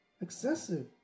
Excessive